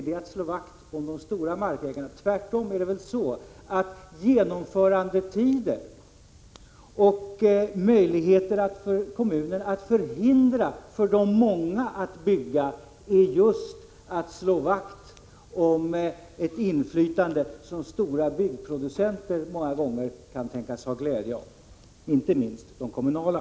Det är väl tvärtom så, att genomförandetiden och möjligheten för kommunen att förhindra för de många att bygga innebär just att man slår vakt om ett inflytande som stora byggproducenter många gånger kan tänkas ha glädje av — inte minst de kommunala.